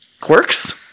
quirks